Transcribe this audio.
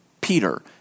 Peter